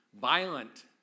violent